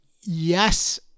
Yes